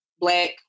Black